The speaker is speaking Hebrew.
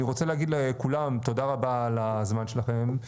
אני רוצה להגיד לכולם תודה רבה על הזמן שלכם.